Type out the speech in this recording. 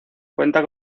cuenta